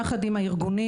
יחד עם הארגונים,